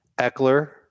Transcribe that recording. Eckler